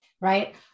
right